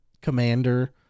commander